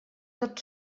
tot